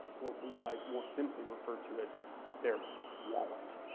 what we might more simply refer to as their wallet,